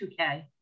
2K